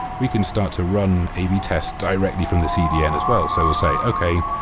we can start to run a b test directly from the cdn as well. so it will say, okay.